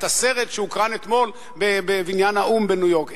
את הסרט שהוקרן אתמול בבניין האו"ם בניו-יורק.